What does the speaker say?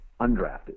undrafted